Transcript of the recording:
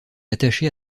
attaché